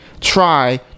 try